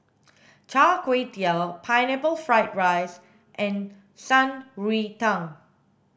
char kway teow pineapple fried rice and shan rui tang